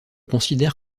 considère